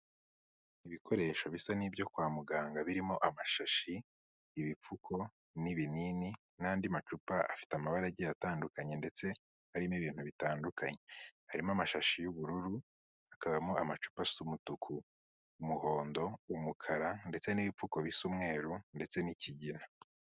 Ibikoresho bisa n'ibyo kwa muganga birimo amashashi, ibipfuko n'ibinini n'andi macupa afite amabaragi atandukanye ndetse arimo ibintu bitandukanye. Harimo amashashi y'ubururu, hakabamo amacupa asa umutuku, umuhondo, umukara ndetse n'ibipfuko bisa umweru ndetse n'ikigina.